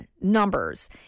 numbers